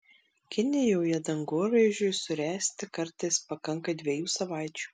kinijoje dangoraižiui suręsti kartais pakanka dviejų savaičių